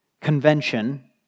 convention